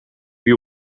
you